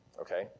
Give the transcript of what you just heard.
okay